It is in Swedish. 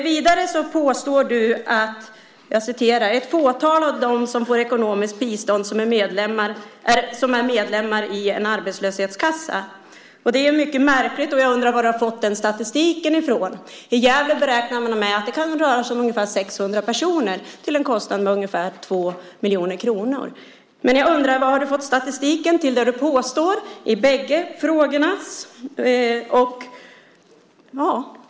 Vidare påstår du att det är "ett fåtal av dem som får ekonomiskt bistånd som är medlemmar i en arbetslöshetskassa". Det är mycket märkligt, och jag undrar var du har fått den statistiken ifrån. I Gävle räknar man med att det kan röra sig om ungefär 600 personer till en kostnad av ungefär 2 miljoner kronor. Jag undrar alltså varifrån du har fått statistiken till det du påstår i de två fallen.